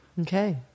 Okay